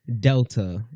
Delta